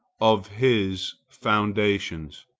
of his foundations.